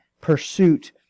pursuit